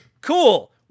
Cool